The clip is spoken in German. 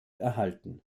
erhalten